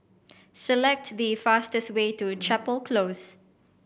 select the fastest way to Chapel Close